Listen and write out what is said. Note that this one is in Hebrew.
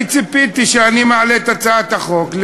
אני ציפיתי שכשאני מעלה את הצעת החוק,